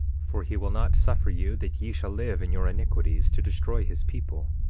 for he will not suffer you that ye shall live in your iniquities, to destroy his people.